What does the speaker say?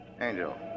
Angel